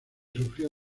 sufrió